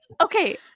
okay